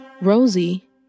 Rosie